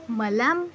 मला म्